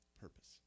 Purpose